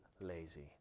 lazy